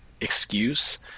excuse